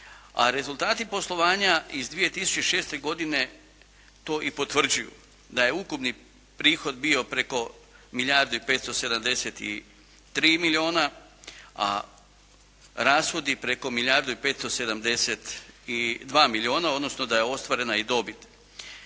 rezultati poslovanja iz 2006. godine to i potvrđuju da je ukupni prihod bio preko milijardu i 573 milijuna, a rashodi preko milijardu i 572 milijuna odnosno da je ostvarena i dobit